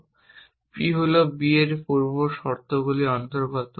এবং p হল b এর পূর্ব শর্তগুলির অন্তর্গত